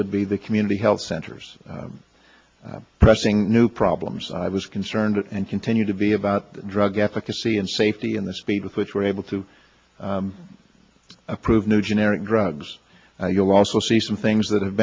would be the community health centers are pressing new problems i was concerned and continue to be about drug efficacy and safety in the speed with which we're able to approve new generic drugs you'll also see some things that have